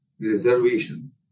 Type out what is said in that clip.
reservation